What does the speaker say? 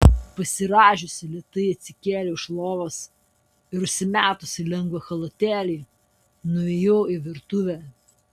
pasirąžiusi lėtai atsikėliau iš lovos ir užsimetusi lengvą chalatėlį nuėjau į virtuvę